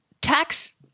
tax